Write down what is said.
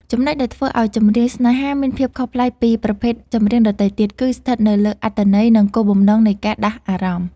ចំណុចដែលធ្វើឱ្យ ចម្រៀងស្នេហា មានភាពខុសប្លែកពីប្រភេទចម្រៀងដទៃទៀត គឺស្ថិតនៅលើអត្ថន័យ និងគោលបំណងនៃការដាស់អារម្មណ៍។